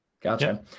Gotcha